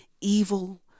evil